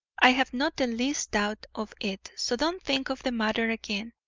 i have not the least doubt of it. so don't think of the matter again.